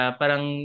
parang